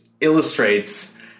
illustrates